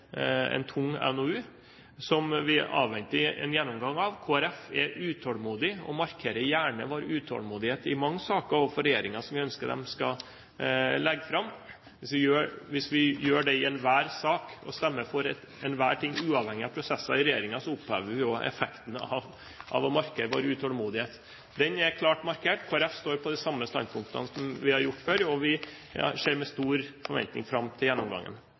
en tung NOU, som vi avventer en gjennomgang av. Kristelig Folkeparti er utålmodig, og vi markerer gjerne vår utålmodighet overfor regjeringen i mange saker som vi ønsker de skal legge fram. Hvis vi gjør det i enhver sak, og stemmer for enhver ting uavhengig av prosesser i regjeringen, opphever vi jo også effekten av å markere vår utålmodighet. Den er klart markert. Kristelig Folkeparti står på de samme standpunktene som vi har gjort før, og vi ser med stor forventning fram til gjennomgangen.